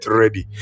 ready